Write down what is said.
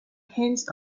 hands